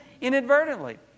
inadvertently